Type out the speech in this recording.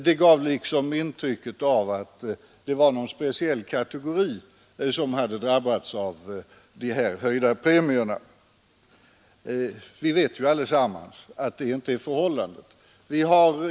Det gav på något sätt intryck av att det var en speciell kategori som drabbats av de höjda premierna. Vi vet ju alla att så inte är förhållandet.